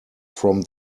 from